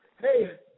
Hey